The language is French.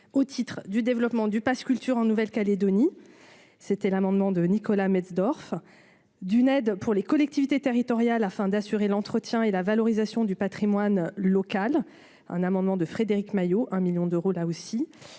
au titre du développement du Pass culture en Nouvelle-Calédonie, c'était l'amendement de Nicolas Metzdorf, d'une aide pour les collectivités territoriales afin d'assurer l'entretien et la valorisation du Patrimoine local, un amendement de Frédéric Maillot un 1000000 d'euros, là aussi,